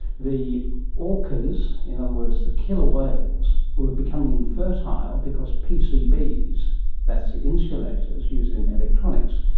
the orcas, in other words the killer whales, were becoming infertile because pcbs, that's the insulators used in electronics,